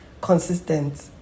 consistent